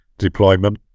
deployment